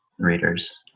readers